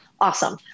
awesome